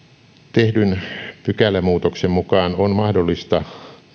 tehdyn pykälämuutoksen mukaan on mahdollista